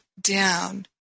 down